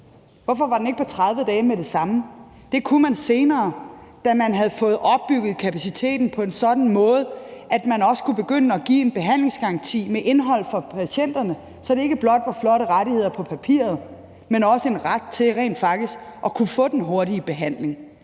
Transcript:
Hvorfor var den ikke på 30 dage med det samme? Det kunne man gøre senere, da man havde fået opbygget kapaciteten på en sådan måde, at man også kunne begynde at give en behandlingsgaranti med indhold for patienterne, så det ikke blot var flotte rettigheder på papiret, men også en ret til rent faktisk at få den hurtige behandling.